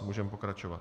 Můžeme pokračovat.